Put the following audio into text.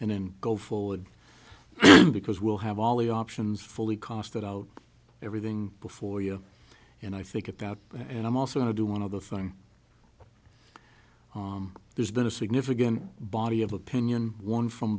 and then go forward because we'll have all the options fully costed out everything before you and i think about and i'm also to do one other thing there's been a significant body of opinion one from